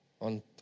on